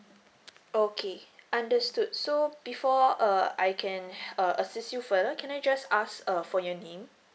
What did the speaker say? okay understood so before uh I can uh assist you further can I just ask uh for your name